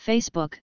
Facebook